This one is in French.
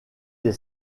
des